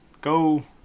Go